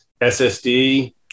SSD